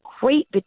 great